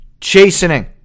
chastening